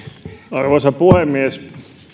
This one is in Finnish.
arvoisa puhemies